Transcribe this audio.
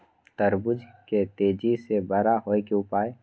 तरबूज के तेजी से बड़ा होय के उपाय?